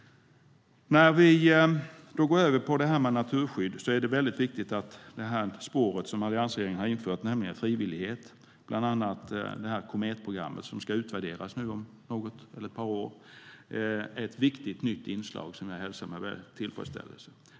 När vi talar om naturskydd är det viktigt med det spår som alliansregeringen har infört, nämligen frivillighet. Kometprogrammet som ska utvärderas om ett par år är ett viktigt nytt inslag som jag hälsar med tillfredsställelse.